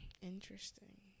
Interesting